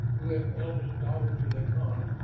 who am eldest daughter to the khan